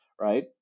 right